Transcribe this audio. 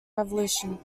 revolution